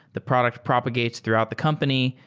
the product propagates throughout the company,